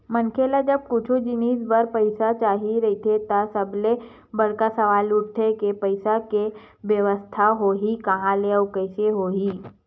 मनखे ल जब कुछु जिनिस बर पइसा चाही रहिथे त सबले बड़का सवाल उठथे के पइसा के बेवस्था होही काँहा ले अउ कइसे होही